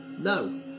No